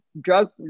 drug